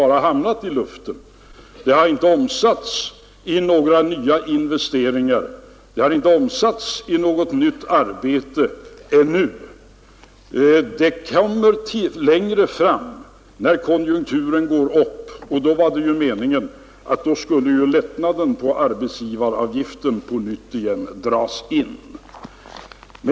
Den bättre likviditeten har ännu inte omsatts i några nya investeringar, i några nya arbeten. Det kommer längre fram när konjunkturen går upp, och då var det ju meningen att lättnaden i arbetsgivaravgiften skulle dras in.